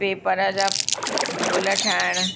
paper जा गुल ठाहिणु